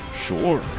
Sure